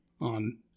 on